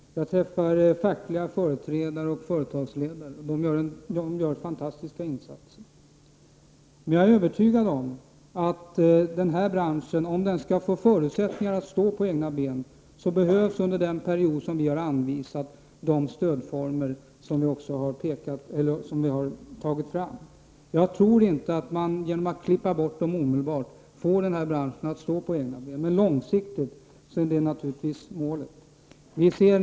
Jag träffar fackliga företrädare och företagsledare som gör fantastiska insatser. Jag är emellertid övertygad om att denna bransch, för att kunna få förutsättningar att stå på egna ben, under den period vi har anvisat behöver de olika former av stöd som vi också har tagit fram. Jag tror inte att man genom att omedelbart klippa bort dessa stöd kan få branschen att stå på egna ben. Men långsiktigt är det naturligtvis målet.